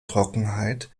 trockenheit